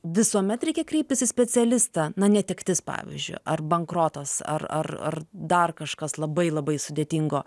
visuomet reikia kreiptis į specialistą na netektis pavyzdžiui ar bankrotas ar ar ar dar kažkas labai labai sudėtingo